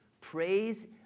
praise